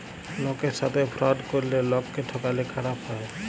লকের সাথে ফ্রড ক্যরলে লকক্যে ঠকালে খারাপ হ্যায়